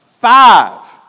five